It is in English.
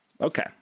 Okay